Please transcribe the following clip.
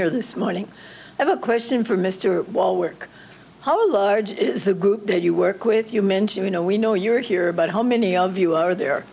here this morning i have a question for mr wall work how large is the group that you work with you mentioned you know we know you're here but how many of you are there